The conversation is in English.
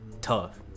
Tough